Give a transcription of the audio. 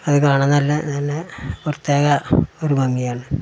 അതു കാണാൻ നല്ല തന്നെ പ്രത്യേക ഒരു ഭംഗിയാണ്